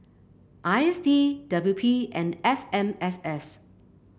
I S D W P and F M S S